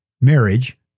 marriage